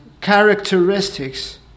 characteristics